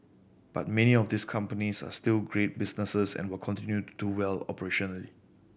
but many of these companies are still great businesses and will continue do well operationally